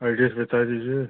address बता दीजिए